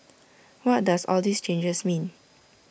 what does all these changes mean